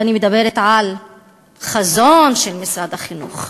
ואני מדברת על החזון של משרד החינוך,